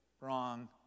Wrong